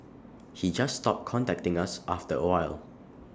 he just stopped contacting us after A while